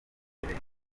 imbere